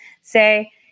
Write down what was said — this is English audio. say